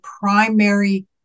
primary